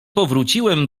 powróciłem